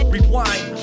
Rewind